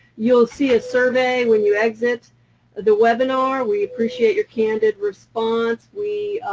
you will see a survey when you exit the webinar. we appreciate your candid response. we,